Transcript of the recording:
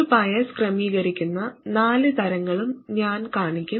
ഒരു ബയാസ് ക്രമീകരിക്കുന്ന നാല് തരങ്ങളും ഞാൻ കാണിക്കും